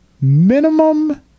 minimum